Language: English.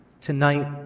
tonight